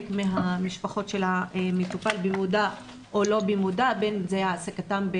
מהמשפחות של המטופל במודע או לא במודע בתנאי העסקתם,